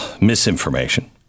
misinformation